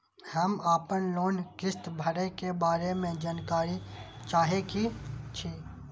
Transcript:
हम आपन लोन किस्त भरै के बारे में जानकारी चाहै छी?